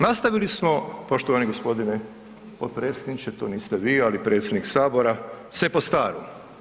Nastavili smo, poštovani g. potpredsjedniče, to niste vi, ali predsjednik sabora, sve po starom.